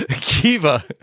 Kiva